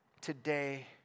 today